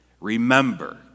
remember